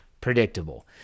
predictable